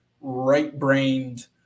right-brained